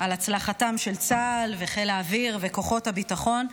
כהצלחתם של צה"ל וחיל האוויר וכוחות הביטחון,